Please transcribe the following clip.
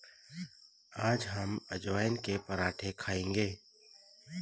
आज हम अजवाइन के पराठे खाएंगे